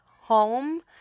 home